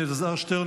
אלעזר שטרן,